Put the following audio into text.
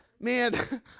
man